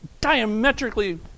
diametrically